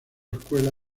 escuela